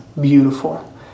beautiful